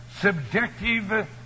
subjective